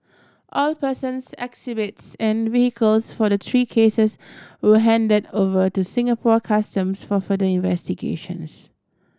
all persons exhibits and vehicles for the three cases were handed over to Singapore Customs for further investigations